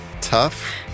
tough